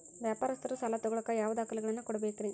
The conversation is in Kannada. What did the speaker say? ವ್ಯಾಪಾರಸ್ಥರು ಸಾಲ ತಗೋಳಾಕ್ ಯಾವ ದಾಖಲೆಗಳನ್ನ ಕೊಡಬೇಕ್ರಿ?